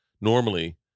Normally